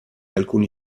alcuni